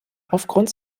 aufgrund